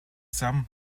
sum